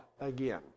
again